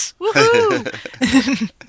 Woohoo